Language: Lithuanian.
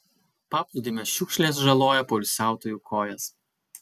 paplūdimio šiukšlės žaloja poilsiautojų kojas